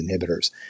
inhibitors